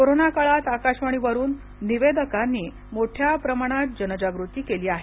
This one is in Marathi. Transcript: कोरोना काळात आकाशवाणी वरून निवेदकांनी मोठ्या प्रमाणात जनजागृती केली आहे